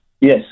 Yes